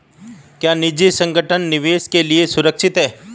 क्या निजी संगठन निवेश के लिए सुरक्षित हैं?